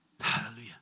Hallelujah